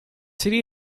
city